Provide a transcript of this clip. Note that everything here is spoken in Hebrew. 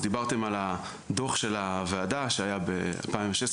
אז דיברתם על הדו"ח של הוועדה שהיה ב-2016-2017,